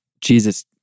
Jesus